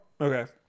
Okay